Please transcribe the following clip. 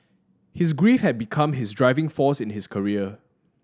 his grief had become his driving force in his career